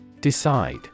Decide